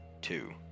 two